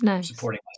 supporting